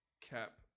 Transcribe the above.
cap